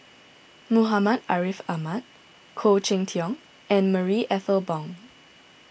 Muhammad Ariff Ahmad Khoo Cheng Tiong and Marie Ethel Bong